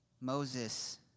Moses